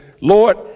Lord